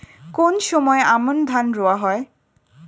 কোন সময় আমন ধান রোয়া হয়?